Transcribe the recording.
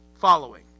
following